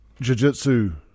jiu-jitsu